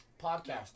podcast